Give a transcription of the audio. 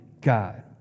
God